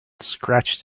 scratched